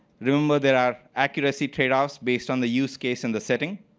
remember there are accuracy tradeoffs based on the use case and the setting.